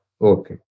Okay